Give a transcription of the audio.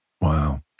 Wow